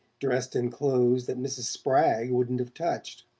dressed in clothes that mrs. spragg wouldn't have touched.